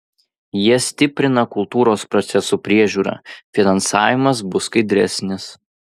jie stiprina kultūros procesų priežiūrą finansavimas bus skaidresnis